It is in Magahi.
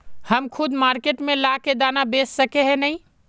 हम खुद मार्केट में ला के दाना बेच सके है नय?